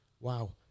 wow